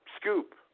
Scoop